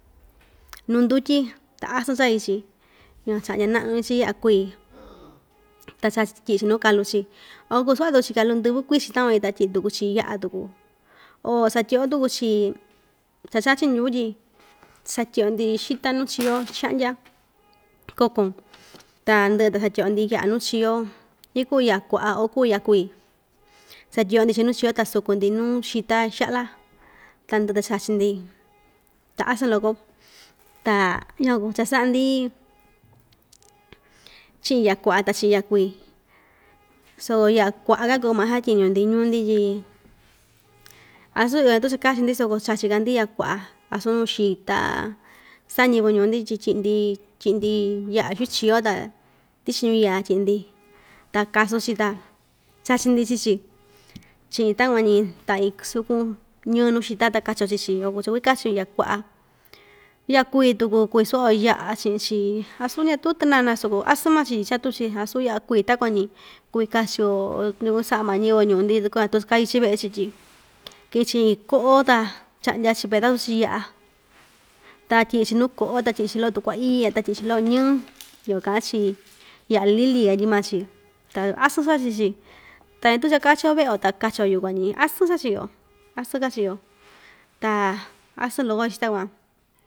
Nuu ndutyi ta asɨn chai‑chi yukuan chaꞌa ña ñaꞌnu‑chi yaꞌa kui ta chach tyiꞌi‑chi nuu kalu chi o kuu suvaꞌa tuku‑chi kalu ndɨvɨ kui‑chin takua‑ñi ta tyiꞌi tuku‑chi yaꞌa tuku o satyiꞌi‑yo tuku‑chi cha chachi ndyuꞌu tyi satyiꞌi‑yo‑ndi xita nuu chio xaꞌa‑ndya kokon ta nandɨꞌɨ ta satyiꞌyondi yaꞌa nuu chio ikuu yaꞌa kuaꞌa oo ikuu yaꞌa kui satyiꞌyo‑ndi chiꞌin nuu chio ta suku‑ndi nuu xita xaꞌla tandɨꞌɨ ta chachi‑ndi ta asɨn loko ta ña cha saꞌa‑ndi chiꞌin yaꞌa kuaꞌa ta chiꞌin yaꞌa kui so yaꞌa kuaꞌa‑ka kuu maa kasatyiñu‑ndi ñuu‑ndi tyi asu iyo o ñatuu cha kachi‑ndi soko chachika‑ndi yaꞌa kuaꞌa asu nuu xita chiꞌi‑ndi yaꞌa nuu xiu chio ta tichi ñiyaa tyiꞌi‑ndi ta kasun‑chi ta chachi‑ndi chii‑chi chiꞌin takuan ñi ta idsukun ñii nuu xita ta kachi‑yo chii‑chi yukuan kuu cha kuu kachi‑yo yukuan kuu cha kuvi kachi‑yo yaꞌa kuaꞌa kui tuku chivi savaꞌa‑yo yaꞌa chiꞌin‑chi asu tɨnana soko asɨn maa‑chi chatu‑chi vasu yaꞌa kui takuan‑ñi kuvi kachi‑yo oo takuñu saꞌa maa ñiyɨvɨ ñuu‑ndi tyi kuaꞌa ñatuu cha kai‑chi veꞌe‑chi tyi kɨꞌɨ‑chi iin koꞌo ta chaꞌndya‑chi pesasu chiꞌin yaꞌa ta tyiꞌi‑chi nuu koꞌo ta tyiꞌi‑chi loꞌo tukua iya ta tyiꞌichi iin loꞌo ñii yukuan kaꞌa‑chi yaꞌa lili katyi maa‑chi ta asɨn chachi chachi‑chi ta ñatuu cha kachiyo veꞌe‑yo ta kachi‑yo yukuan ñi asɨn chachi‑yo asɨn chachi‑yo ta asɨn loko xita va.